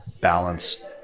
balance